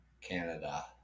Canada